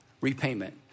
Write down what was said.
repayment